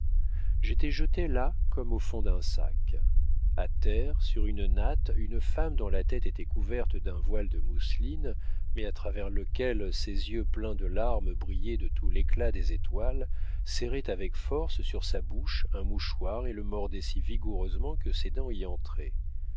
j'étais jeté là comme au fond d'un sac a terre sur une natte une femme dont la tête était couverte d'un voile de mousseline mais à travers lequel ses yeux pleins de larmes brillaient de tout l'éclat des étoiles serrait avec force sur sa bouche un mouchoir et le mordait si vigoureusement que ses dents y entraient